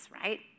right